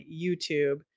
YouTube